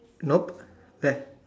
nope where